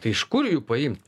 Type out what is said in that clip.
tai iš kur jų paimt